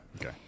okay